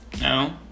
No